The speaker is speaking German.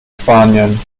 spanien